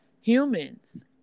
humans